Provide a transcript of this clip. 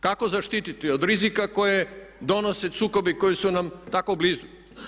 Kako zaštiti od rizika koje donose sukobi koji su nam tako blizu?